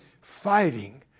fighting